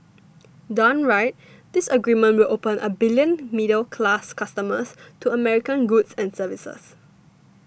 done right this agreement will open a billion middle class customers to American goods and services